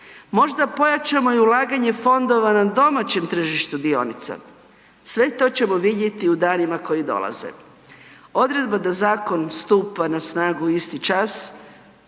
možda pojačamo i ulaganje fondova na domaćem tržištu dionica, sve to ćemo vidjeti u danima koji dolaze. Odredba da zakon stupa na snagu isti čas